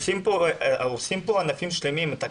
ומחר אנחנו נקיים דיון ואתם תחליטו איפה